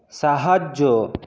সাহায্য